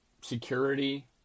security